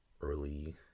early